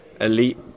elite